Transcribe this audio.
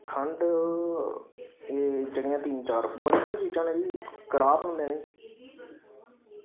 खंड एह् जेह्ड़ियां तिन्न चार बड़ी सारी चीज न जी कड़ाह् बनने लेई